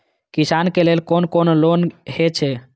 किसान के लेल कोन कोन लोन हे छे?